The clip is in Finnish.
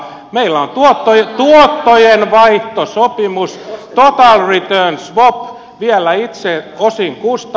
meillä on tuottojenvaihtosopimus total return swap osin vielä itse kustannettu